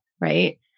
right